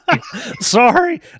Sorry